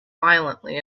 violently